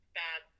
bad